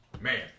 Man